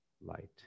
light